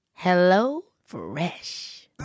HelloFresh